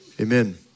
Amen